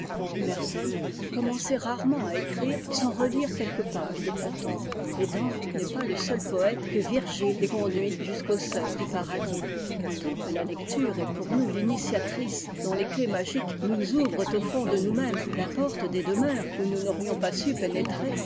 emerson commençait rarement à écrire sans relire quelques pages de platon et dante n'est pas le seul poète que virgile ait conduit jusqu'au seuil du paradis tant que la lecture est pour nous l'initiatrice dont les clefs magiques nous ouvrent au fond de nous-mêmes la porte des demeures où nous n'aurions pas su pénétrer